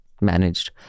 managed